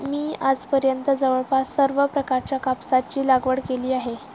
मी आजपर्यंत जवळपास सर्व प्रकारच्या कापसाची लागवड केली आहे